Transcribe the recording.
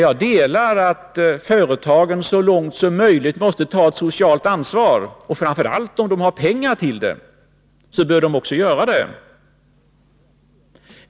Jag delar uppfattningen att företagen så långt som möjligt måste ta ett socialt ansvar — framför allt om de har pengar så att de kan göra det.